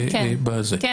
שלמדת?